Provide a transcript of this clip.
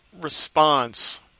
response